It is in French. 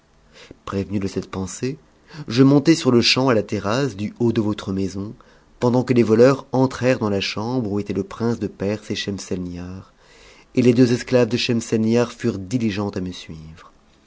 prévenue de cette pensée je montai sur-le-champ à la terrasse du haut de votre maison pendant queles voleurs entrèrent dans la chambre où étaient le prince de perse et schemselnihar et les deux esclaves de schernsetnibar furent diligentes à me suivre